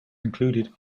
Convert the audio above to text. included